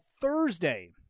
Thursday